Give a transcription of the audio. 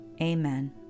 Amen